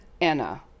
Anna